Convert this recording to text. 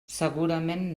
segurament